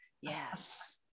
Yes